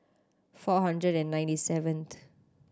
four hundred and ninety seven